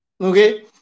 Okay